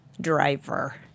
driver